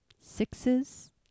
Sixes